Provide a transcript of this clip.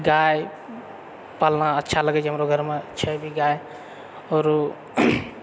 गाय पालना अच्छा लगै छै हमरो घरमे छै भी गाय आरो